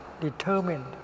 determined